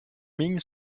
ming